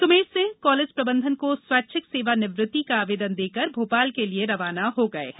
Surmer Singh college प्रबंधन को स्वैच्छिक सेवानिवृत्ति का आवेदन देकर भोपाल के लिए रवाना हो गए हैं